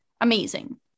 amazing